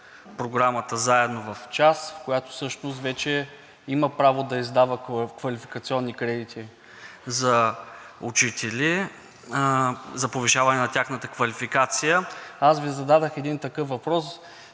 Програма „Заедно в час“, която всъщност вече има право да издава квалификационни кредити за учители за повишаване на тяхната квалификация. Аз зададох един такъв въпрос